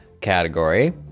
category